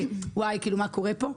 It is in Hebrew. מה קורה פה",